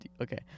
okay